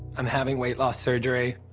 i'm having weight loss surgery,